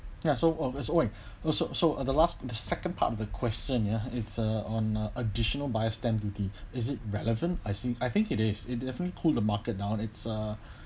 ya so of its one so so so the last the second part of the question ya it's uh on a additional buyer's stamp duty is it relevant I think I think it is it definitely cooled the market down it's uh